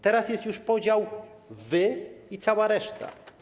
Teraz jest już podział: wy i cała reszta.